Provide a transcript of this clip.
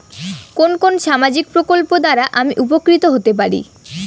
কোন কোন সামাজিক প্রকল্প দ্বারা আমি উপকৃত হতে পারি?